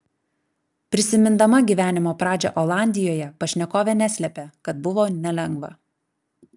prisimindama gyvenimo pradžią olandijoje pašnekovė neslėpė kad buvo nelengva